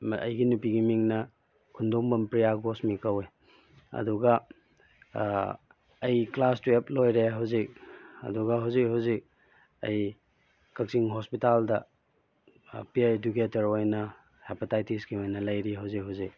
ꯑꯩꯒꯤ ꯅꯨꯄꯤꯒꯤ ꯃꯤꯡꯅ ꯈꯨꯟꯗꯣꯡꯕꯝ ꯄ꯭ꯔꯤꯌꯥꯒꯣꯁꯃꯤ ꯀꯧꯏ ꯑꯗꯨꯒ ꯑꯩ ꯀ꯭ꯂꯥꯁ ꯇ꯭ꯋꯦꯜꯞ ꯂꯣꯏꯔꯦ ꯍꯧꯖꯤꯛ ꯑꯗꯨꯒ ꯍꯧꯖꯤꯛ ꯍꯧꯖꯤꯛ ꯑꯩ ꯀꯛꯆꯤꯡ ꯍꯣꯁꯄꯤꯇꯥꯜꯗ ꯄꯤ ꯑꯥꯏ ꯏꯗꯨꯀꯦꯇꯔ ꯑꯣꯏꯅ ꯍꯦꯄꯥꯇꯥꯏꯇꯤꯁꯀꯤ ꯑꯣꯏꯅ ꯂꯩꯔꯤ ꯍꯧꯖꯤꯛ ꯍꯧꯖꯤꯛ